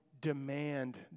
demand